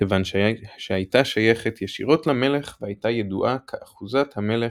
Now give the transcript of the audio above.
כיוון שהייתה שייכת ישירות למלך והייתה ידועה כ"אחוזת המלך"